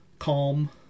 calm